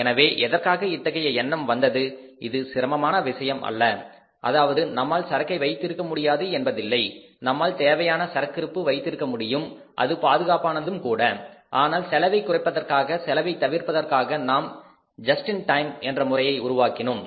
எனவே எதற்காக இத்தகைய எண்ணம் வந்தது இது சிரமமான விஷயம் அல்ல அதாவது நம்மால் சரக்கை வைத்திருக்க முடியாது என்பதில்லை நம்மால் தேவையான சரக்கிருப்பு வைத்திருக்க முடியும் அது பாதுகாப்பானதும் கூட ஆனால் செலவைக் குறைப்பதற்காக செலவை தவிர்ப்பதற்காக நாம் ஜஸ்ட் இன் டைம் என்ற முறையை உருவாக்கினோம்